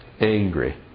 angry